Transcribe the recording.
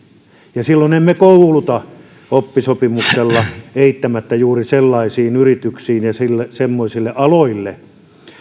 silloin emme kouluta työntekijöitä oppisopimuksella eittämättä juuri sellaisiin yrityksiin ja semmoisille aloille